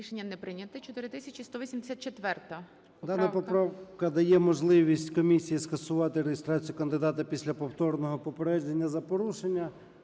11:01:30 ЧЕРНЕНКО О.М. Дана поправка дає можливість комісії скасувати реєстрацію кандидата після повторного попередження за порушення.